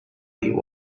you